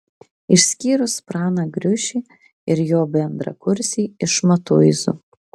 išskyrus praną griušį ir jo bendrakursį iš matuizų